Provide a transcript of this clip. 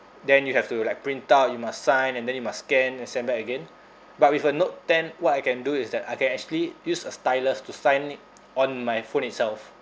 then you have to like print out you must sign and then you must scan and send back again but with a note ten what I can do is that I can actually use a stylus to sign it on my phone itself